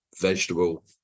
vegetable